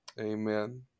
Amen